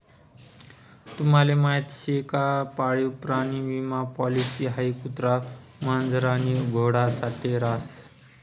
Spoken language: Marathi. तुम्हले माहीत शे का पाळीव प्राणी विमा पॉलिसी हाई कुत्रा, मांजर आणि घोडा साठे रास